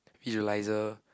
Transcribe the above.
Eliza